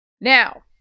Now